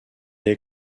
est